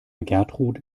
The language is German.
gertrud